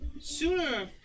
Sooner